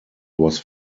was